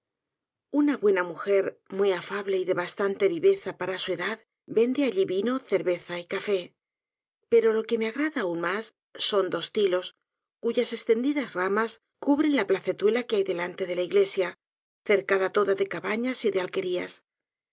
una buena mujer muy afable y de bastante viveza para su edad vende alli vino cerveza y café pero lo que me agrada aun mas son dos tilos cuyas estendidas ramas cubten la placeluela que hay delante de la iglesia cercada toda de cabanas y de